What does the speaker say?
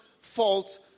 fault